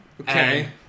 Okay